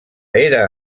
era